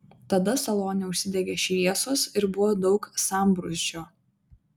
tada salone užsidegė šviesos ir buvo daug sambrūzdžio